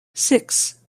six